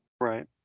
Right